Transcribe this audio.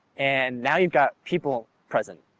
and now you've got people present.